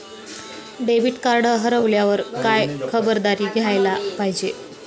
Debit card हरवल्यावर काय खबरदारी घ्यायला पाहिजे?